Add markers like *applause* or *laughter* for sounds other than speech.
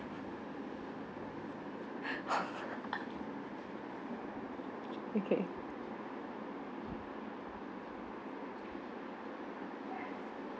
*laughs* okay